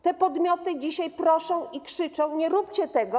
Te podmioty dzisiaj proszą i krzyczą: nie róbcie tego.